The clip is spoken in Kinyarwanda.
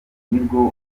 nibwo